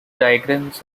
diagrams